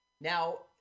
Now